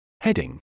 Heading